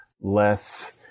less